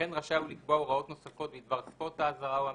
וכן רשאי הוא לקבוע הוראות נוספות בדבר שפות האזהרה או המסר,